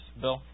Bill